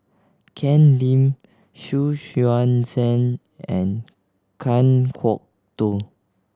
Ken Lim Xu Yuan Zhen and Kan Kwok Toh